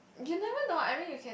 you never know I mean you can